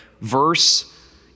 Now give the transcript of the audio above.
verse